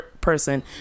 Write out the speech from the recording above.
person